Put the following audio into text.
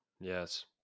Yes